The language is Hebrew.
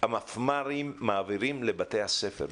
המפמ"רים מעבירים לבתי הספר,